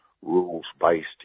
rules-based